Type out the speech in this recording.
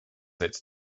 its